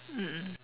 mm mm